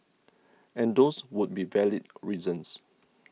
and those would be valid reasons